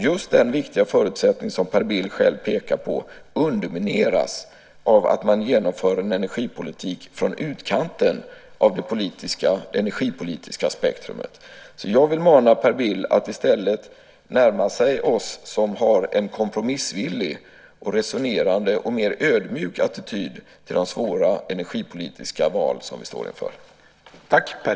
Just den viktiga förutsättning som Per Bill själv pekar på undermineras av att man genomför en energipolitik från utkanten av det energipolitiska spektrumet. Jag vill mana Per Bill att i stället närma sig oss som har en kompromissvillig och resonerande och mer ödmjuk attityd till de svåra energipolitiska val som vi står inför.